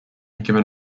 given